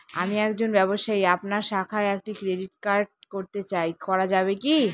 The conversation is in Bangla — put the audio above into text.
আমি একজন ব্যবসায়ী আপনার শাখায় একটি ক্রেডিট কার্ড করতে চাই করা যাবে কি?